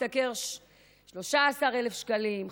משתכר 13,000 שקלים,